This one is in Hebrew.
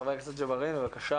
חבר הכנסת יוסף ג'בארין, בבקשה.